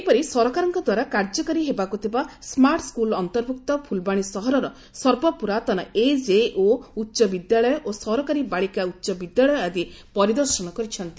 ସେହିପରି ସରକାରଙ୍କ ଦ୍ୱାରା କାର୍ଯ୍ୟକାରୀ ହେବାକୁ ଥିବା ସ୍କାର୍ଟ ସ୍କୁଲ ଅନ୍ତର୍ଭୁକ୍ତ ଫୂଲବାଣୀ ସହରର ସର୍ବପୁରାତନ ଏଜେଓ ଉଚ ବିଦ୍ୟାଳୟ ଓ ସରକାରୀ ବାଳିକା ଉଚ୍ଚ ବିଦ୍ୟାଳୟ ଆଦି ପରିଦର୍ଶନ କରିଛନ୍ତି